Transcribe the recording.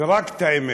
ורק את האמת,